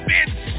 Bitch